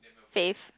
face